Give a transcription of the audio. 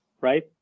right